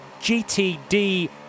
GTD